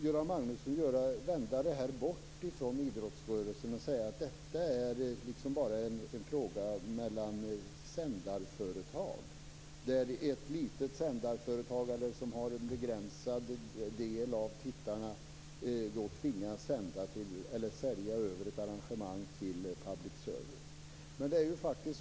Göran Magnusson ville vända resonemanget bort från idrottsrörelsen genom att säga att detta bara är en fråga mellan sändarföretag, där en liten sändarföretagare som har en begränsad del av tittarna tvingas att sälja ett arrangemang till public service.